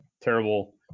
terrible